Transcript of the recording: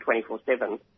24-7